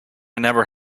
never